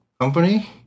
Company